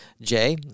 Jay